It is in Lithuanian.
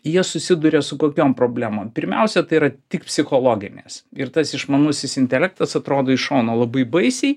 jie susiduria su kokiom problemom pirmiausia tai yra tik psichologinės ir tas išmanusis intelektas atrodo iš šono labai baisiai